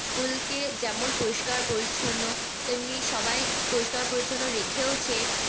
স্কুলকে যেমন পরিষ্কার পরিচ্ছন্ন তেমনি সবাই পরিষ্কার পরিচ্ছন্ন রেখেওছে